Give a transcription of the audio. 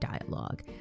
dialogue